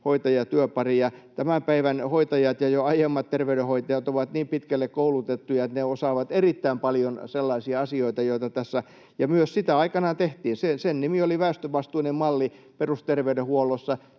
lääkäri—hoitaja‑työpari. Tämän päivän hoitajat ja jo aiemmat terveydenhoitajat ovat niin pitkälle koulutettuja, että he osaavat erittäin paljon sellaisia asioita, joita tässä tarvitaan. Myös sitä aikanaan tehtiin: sen nimi oli väestövastuinen malli perusterveydenhuollossa.